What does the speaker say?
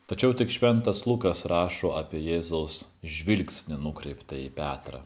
tačiau tik šventas lukas rašo apie jėzaus žvilgsnį nukreiptą į petrą